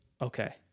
Okay